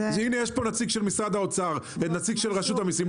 יש פה נציג ממשרד האוצר ונציג מרשות המיסים.